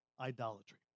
idolatry